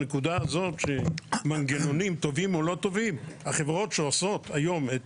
הנקודה הזאת שמנגנונים טובים או לא טובים החברות שעושות היום את